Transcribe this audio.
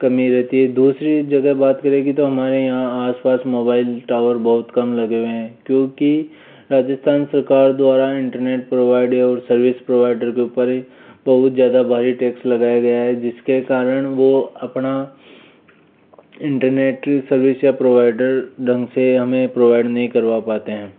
कमी रहती है दूसरी जगह बात करें की तो हमारे यहाँ आस पास मोबाइल टावर बहुत कम लगे हुए हैं क्योंकि राजस्थान सरकार द्वारा इंटरनेट प्रोवाइड है और सर्विस प्रोवाइडर के ऊपर ही बहुत ज़्यादा भारी टैक्स लगाया गया है जिसके कारण वह अपना इंटरनेट सर्विस या प्रोवाइडर ढंग से हमें प्रोवाइड नहीं करवा पाते हैं